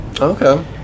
Okay